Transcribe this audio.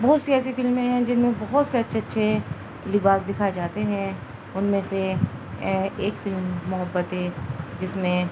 بہت سی ایسی فلمیں ہیں جن میں بہت سے اچھے اچھے لباس دکھائے جاتے ہیں ان میں سے ایک فلم محبت ہے جس میں